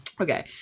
okay